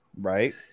Right